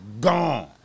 gone